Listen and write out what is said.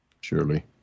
surely